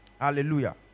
Hallelujah